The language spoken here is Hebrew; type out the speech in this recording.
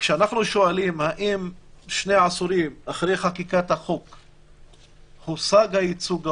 כשאנחנו שואלים האם שני עשורים אחרי חקיקת החוק הושג הייצוג ההולם,